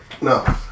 No